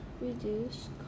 reduce